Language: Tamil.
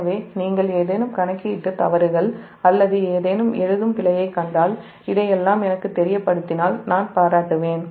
எனவே நீங்கள் ஏதேனும் கணக்கீட்டுத் தவறுகள் அல்லது ஏதேனும் எழுதும் பிழையைக் கண்டால் இதையெல்லாம் எனக்குத் தெரியப்படுத்தினால் நான் பாராட்டுவேன்